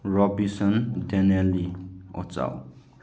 Robinson ꯗꯦꯅꯦꯂꯤ ꯑꯣꯆꯥꯎ